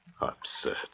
Absurd